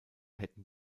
hätten